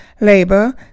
labor